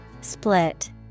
Split